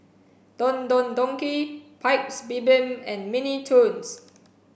Don Don Donki Paik's Bibim and Mini Toons